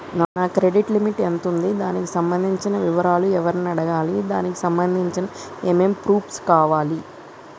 నా credit limit ఎంత ఉంది? దానికి సంబంధించిన వివరాలు ఎవరిని అడగాలి? దానికి సంబంధించిన ఏమేం ప్రూఫ్స్ కావాలి?